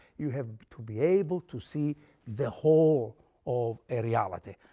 you have to be able to see the whole of a reality,